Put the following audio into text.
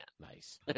Nice